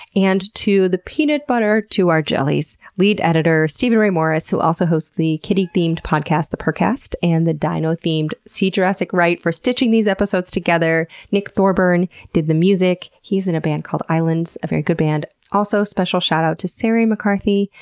and to the peanut butter to our jellies, lead editor steven ray morris, who also hosts the kitty themed podcast the purrrcast and the dino-themed, see jurassic right, for stitching these episodes together. nick thorburn did the music he is in a band called islands. a very good band. also a special shout out to sarie mccarthy,